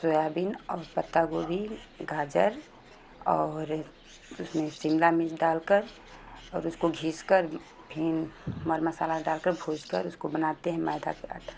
soybean और पत्तागोभी गाजर और उसमें शिमला मिर्च डाल कर और उसको घिस कर फिर मर मसाला डाल कर उसको भूज कर बनाते हैं मैदा के आटा